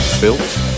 built